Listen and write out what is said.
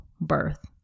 birth